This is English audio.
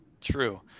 true